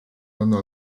hanno